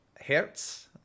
Hertz